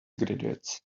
graduates